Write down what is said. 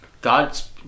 God's